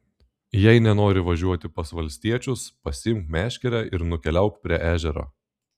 jei nenori važiuoti pas valstiečius pasiimk meškerę ir nukeliauk prie ežero